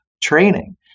training